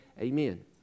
Amen